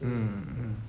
mm mm mm